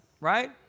Right